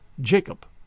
Jacob